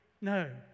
No